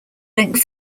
length